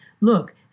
look